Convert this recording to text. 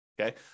okay